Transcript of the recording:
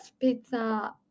pizza